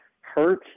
hurt